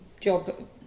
job